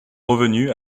revenu